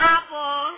Apple